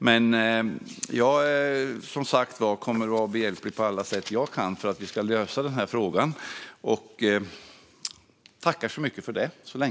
Jag kommer som sagt att vara behjälplig på alla sätt som jag kan för att vi ska lösa den här frågan.